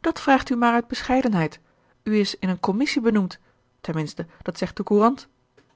dat vraagt u maar uit bescheidenheid u is in eene commissie benoemd ten minste dat zegt de courant